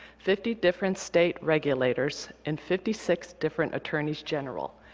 fifty different state regulators, and fifty six different attorneys general,